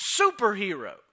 superhero